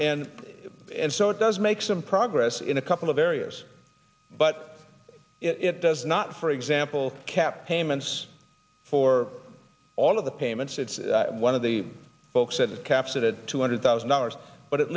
sorts and so it does make some progress in a couple of areas but it does not for example cap payments for all of the payments it's one of the folks that it caps it at two hundred thousand dollars but it